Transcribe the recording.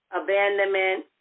abandonment